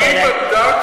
אבל אני בדקתי,